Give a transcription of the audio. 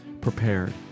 prepared